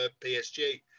PSG